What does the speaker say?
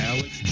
Alex